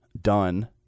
done